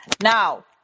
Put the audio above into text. Now